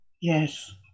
Yes